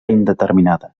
indeterminada